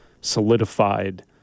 solidified